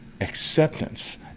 acceptance